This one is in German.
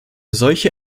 solche